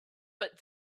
but